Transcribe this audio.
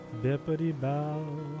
Bippity-bow